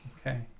Okay